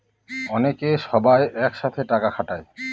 অনেকে সবাই এক সাথে টাকা খাটায়